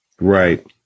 right